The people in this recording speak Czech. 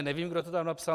Nevím, kdo to tam napsal.